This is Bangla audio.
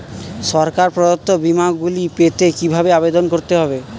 সরকার প্রদত্ত বিমা গুলি পেতে কিভাবে আবেদন করতে হবে?